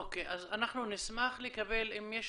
אוקיי, אנחנו נשמח לקבל אם יש